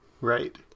Right